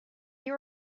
you